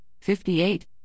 58